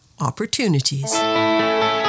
opportunities